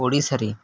ଓଡ଼ିଶାରେ